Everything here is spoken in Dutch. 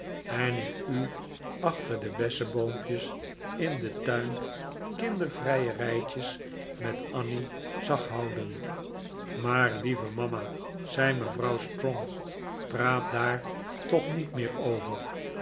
en ik u achter de bessenboompjes in den tuin kindervrijerijtjes met annie zag houden maar lieve mama zei mevrouw strong praat daar toch niet meer over